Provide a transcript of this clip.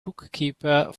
bookkeeper